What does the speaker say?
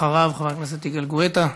אחריו, חבר הכנסת גואטה.